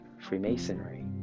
Freemasonry